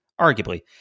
arguably